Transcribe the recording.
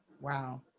Wow